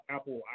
Apple